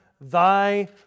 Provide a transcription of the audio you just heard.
thy